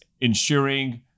ensuring